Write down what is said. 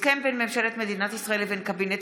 הסכם בין ממשלת מדינת ישראל לבין קבינט